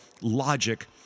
logic